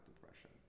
depression